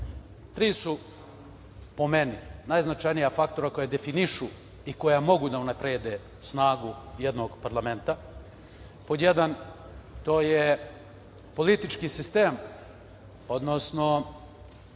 Tri su, po meni, najznačajnija faktora koji definišu i koja mogu da unaprede snagu jednog parlamenta. Pod jedan, to je politički sistem, odnosno